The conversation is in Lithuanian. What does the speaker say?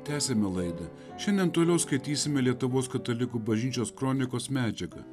tęsiame laidą šiandien toliau skaitysime lietuvos katalikų bažnyčios kronikos medžiagą